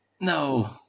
No